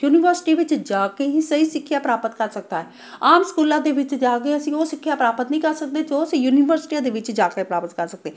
university ਵਿੱਚ ਜਾ ਕੇ ਹੀ ਸਹੀ ਸਿੱਖਿਆ ਪ੍ਰਾਪਤ ਕਰ ਸਕਦਾ ਆਮ ਸਕੂਲਾਂ ਦੇ ਵਿੱਚ ਜਾ ਕੇ ਅਸੀਂ ਉਹ ਸਿੱਖਿਆ ਪ੍ਰਾਪਤ ਨਹੀਂ ਕਰ ਸਕਦੇ ਜੋ ਅਸੀਂ ਯੂਨੀਵਰਸਿਟੀਆਂ ਦੇ ਵਿੱਚ ਜਾ ਕੇ ਪ੍ਰਾਪਤ ਕਰ ਸਕਦੇ